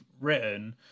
written